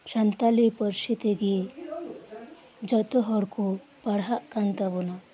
ᱥᱟᱱᱛᱟᱞᱤ ᱯᱟᱨᱥᱤ ᱛᱮᱜᱮ ᱡᱷᱚᱛᱚ ᱦᱚᱲ ᱠᱚ ᱯᱟᱲᱦᱟᱜ ᱠᱟᱱ ᱛᱟᱵᱚᱱᱟ